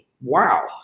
Wow